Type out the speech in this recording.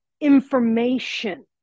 information